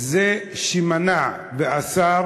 הוא זה שמנע ואסר